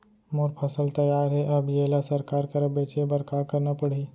मोर फसल तैयार हे अब येला सरकार करा बेचे बर का करना पड़ही?